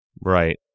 Right